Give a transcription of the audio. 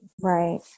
Right